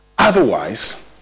Otherwise